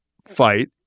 fight